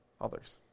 others